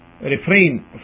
refrain